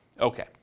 Okay